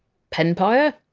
penpire?